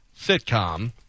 sitcom